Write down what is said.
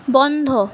বন্ধ